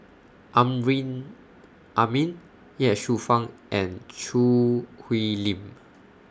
Amrin Amin Ye Shufang and Choo Hwee Lim